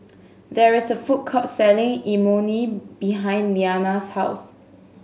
there is a food court selling Imoni behind Liana's house